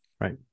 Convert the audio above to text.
Right